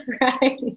Right